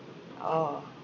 orh